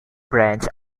branch